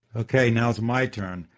okay, now's my turn.